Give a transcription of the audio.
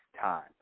time